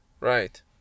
Right